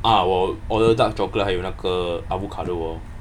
ah 我 order dark chocolate 还有那个 avocado lor